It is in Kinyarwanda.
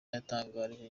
yatangarije